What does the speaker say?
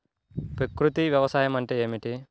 ప్రకృతి వ్యవసాయం అంటే ఏమిటి?